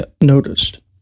noticed